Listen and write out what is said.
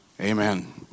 amen